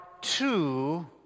two